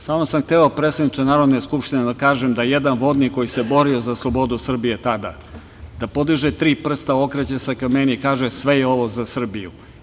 Samo sam hteo, predsedniče Narodne skupštine, da vam kažem da jedan vodnik koji se borio za slobodu Srbije tada da podiže tri prsta, okreće se ka meni i kaže – sve je ovo za Srbiju.